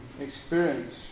experience